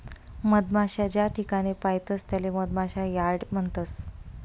मधमाशा ज्याठिकाणे पायतस त्याले मधमाशा यार्ड म्हणतस